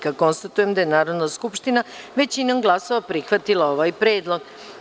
Konstatujem da je Narodna skupština većinom glasova prihvatila ovaj predlog.